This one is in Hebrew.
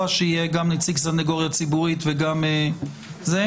ולכן לא רע שיהיה גם נציג סניגוריה ציבורית וגם לשכת עורכי הדין.